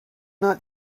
not